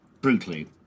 brutally